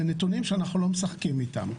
אלה נתונים שאנחנו לא משחקים איתם,